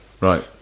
Right